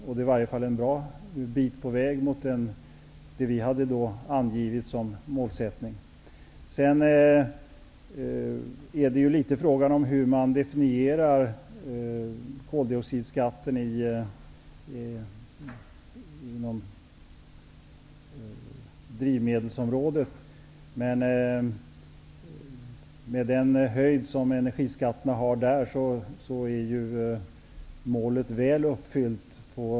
Det är i varje fall en bra bit på väg mot det som vi tidigare angivit som målsättning. Det är också litet grand fråga om hur man definierar koldioxidskatten inom drivmedelsområdet. Med den höjd som energiskatterna har på det området är målet väl uppfyllt.